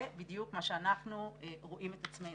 זה בדיוק מה שאנחנו רואים את עצמנו,